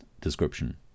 description